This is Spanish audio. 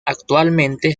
actualmente